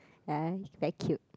ya very cute